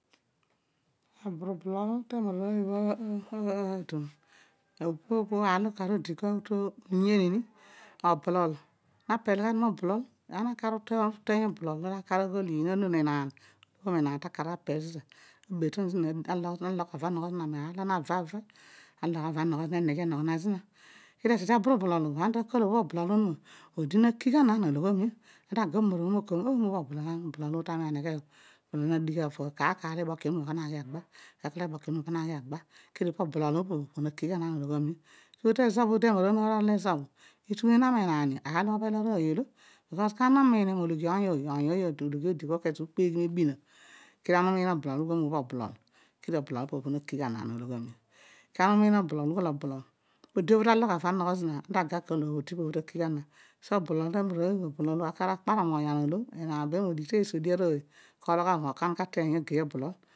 Abrublol ta emanrooy obho adon, opo bho pa dar olo oker ocldi kua ayen ini na pel ghani mobolol ana akar uteeny oblol di natoghon i enaun ta kar apel zima abeton zina a logh anogth zina alogh arogh eina mear olo ana na va vu na vu alogh avo anogho eneghe enogho na zind kedio etede abrablol obho, to kol obho oblol onuma, pa arooy ogorona tocia kua, obho po ooy na odi na kigh obho to eplio ana akal na moblol odi obho otu- mo obhobh obho ta ga amaranuan akal obho am oblol ami, aneghe ibhami nemeghe, kedio kar onuma na ebokia pa ana aghi zodi leedio per ana ologhomio mo obho odi oblol obho unuma raigh zina ana owghomio mibha ologhi odi, so tezo bho enaarooy obho na rol ezo bho utushunca encan io, orion omaruon olo ko ina oniin io aolagh oong ooug obh ologhi obho od kezo bho ukie ghi ebina, kedio me ana unin oblol оро obho tonuma keedio oblol opo to anume posho navig ana ana ologhom o lea min oblologhol di bho ta logh avo anogho zina, ode pobho to wigh ana abho so, oblol temarooy obho clear akpar moghonyan olo enaun be modigh te esoaia arooy ka alogh avo ka ana ka teeny ugei oblol.